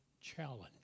challenge